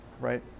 right